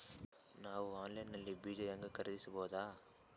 ನಾವು ಆನ್ಲೈನ್ ನಲ್ಲಿ ಬೀಜ ಹೆಂಗ ಖರೀದಿಸಬೋದ?